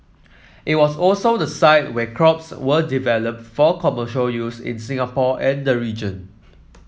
it was also the site where crops were developed for commercial use in Singapore and the region